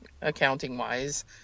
accounting-wise